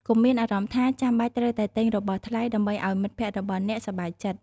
កុំមានអារម្មណ៍ថា ចាំបាច់ត្រូវតែទិញរបស់ថ្លៃ ដើម្បីឱ្យមិត្តភក្តិរបស់អ្នកសប្បាយចិត្ត។